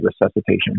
resuscitation